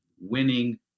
winning